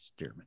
steerman